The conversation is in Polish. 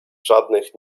żadnych